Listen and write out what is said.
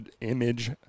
image